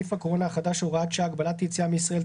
נגיף הקורונה החדש (הוראת שעה) (הגבלת היציאה מישראל),